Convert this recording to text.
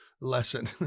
lesson